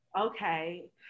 Okay